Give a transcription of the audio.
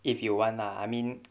if you want lah I mean